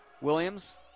Williams